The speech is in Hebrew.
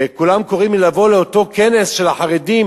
וכולם קוראים לי לבוא לאותו כנס על החרדים